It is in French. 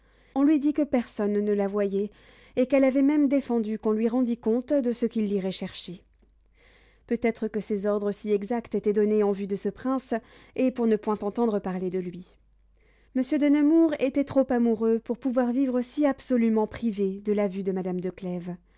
on lui dit que personne ne la voyait et qu'elle avait même défendu qu'on lui rendît compte de ceux qui l'iraient chercher peut-être que ces ordres si exacts étaient donnés en vue de ce prince et pour ne point entendre parler de lui monsieur de nemours était trop amoureux pour pouvoir vivre si absolument privé de la vue de madame